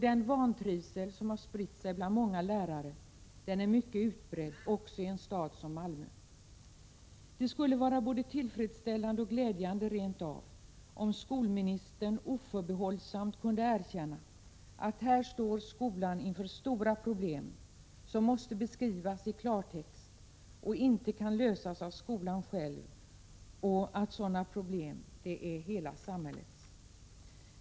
Den vantrivsel som spritt sig bland många lärare är mycket utbredd också i en stad som Malmö. Det skulle vara tillfredsställande och rent av glädjande om skolministern oförbehållsamt kunde erkänna att skolan här står inför stora problem, som måste beskrivas i klartext och som skolan inte kan lösa själv, samt att sådana problem är hela samhällets.